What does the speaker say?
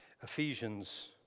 Ephesians